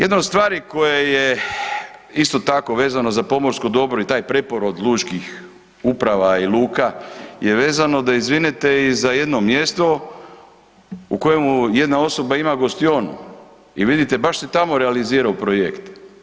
Jedna od stvari koja je, isto tako, vezano za pomorsko dobro i taj preporod lučkih uprava i luka, je vezano, da izvinete i za jedno mjesto u kojemu jedna osoba ima gostionu i vidite baš se tamo realizirao projekt.